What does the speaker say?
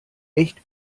echt